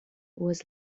was